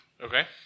Okay